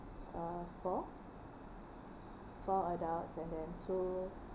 uh four four adults and then two